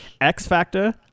X-Factor